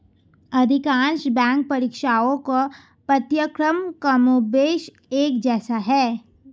अधिकांश बैंक परीक्षाओं का पाठ्यक्रम कमोबेश एक जैसा है